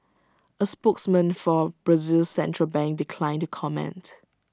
A spokesman for Brazil's central bank declined to comment